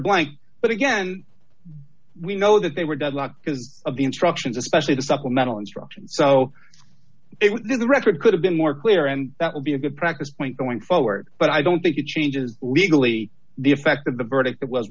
blank but again we know that they were deadlocked because of the instructions especially the supplemental instructions so the record could have been more clear and that would be a good practice point going forward but i don't think it changes legally the effect of the verdict